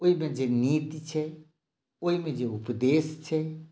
ओहिमे जे नीक छै ओहिमे जे उपदेश छै